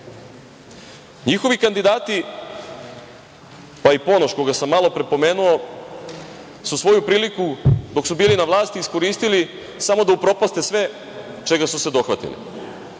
izbore. Njihovi kandidati, pa i Ponoš koga sam malopre pomenuo svu svoju priliku dok su bili na vlasti iskoristili samo da upropaste sve čega su se dohvatili.